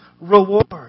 reward